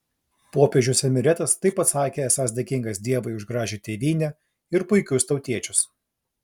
popiežius emeritas taip pat sakė esąs dėkingas dievui už gražią tėvynę ir puikius tautiečius